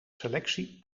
selectie